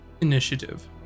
initiative